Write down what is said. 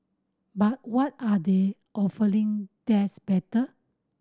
but what are they offering that's better